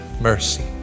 Mercy